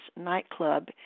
nightclub